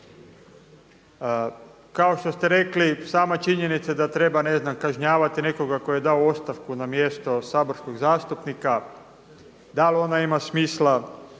Kao što ste rekli sama činjenica da treba ne znam kažnjavati nekoga tko je dao ostavku na mjesto saborskog zastupnika, dal ona ima smisla